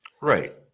right